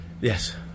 Yes